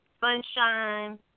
Sunshine